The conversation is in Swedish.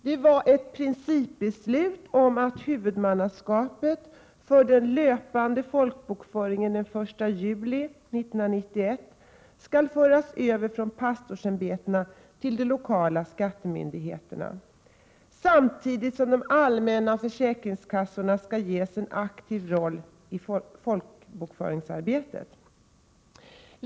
Det var ett principbeslut om att huvudmannaskapet för den löpande folkbokföringen den 1 juli 1991 skall föras över från pastorsämbetena till de lokala skattemyndigheterna, samtidigt som de allmänna försäkringskassorna skall ges en aktiv roll i folkbokföringsarbetet.